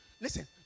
listen